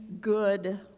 good